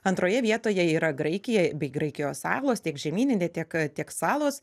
antroje vietoje yra graikija bei graikijos salos tiek žemyninė tiek tiek salos